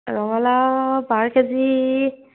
ৰঙালাউ পাৰ কেজি